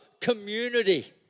community